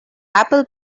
apple